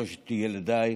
שלושת ילדיי,